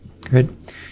Good